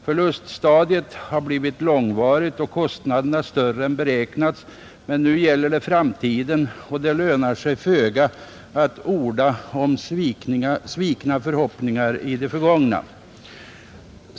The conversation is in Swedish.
Förluststadiet har blivit långvarigt och kostnaderna större än beräknats, men nu gäller det framtiden, och det lönar sig föga att orda om svikna förhoppningar i det förgångna.